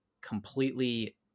completely